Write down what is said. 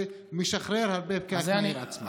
זה ישחרר הרבה את הפקק מהעיר עצמה.